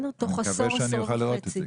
תוך עשור או עשור וחצי.